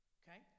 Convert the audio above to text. okay